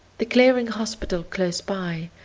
the clearing hospital close by,